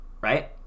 right